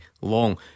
long